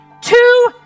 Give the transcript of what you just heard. two